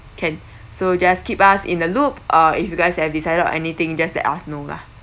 can so just keep us in the loop uh if you guys have decided anything just let us know lah